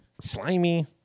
slimy